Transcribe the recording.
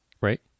right